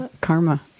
karma